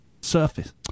surface